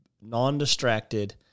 non-distracted